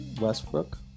Westbrook